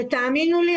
תאמינו לי,